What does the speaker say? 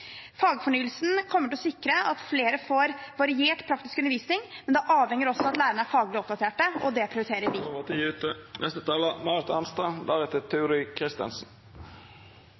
Fagfornyelsen kommer til å sikre at flere får variert praktisk undervisning, men det avhenger også av at lærerne er faglig oppdatert. Det prioriterer vi. Då er tida ute.